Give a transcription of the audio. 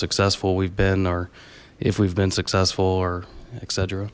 successful we've been or if we've been successful or et